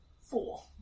Four